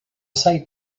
site